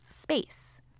space